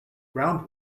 ground